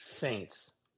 Saints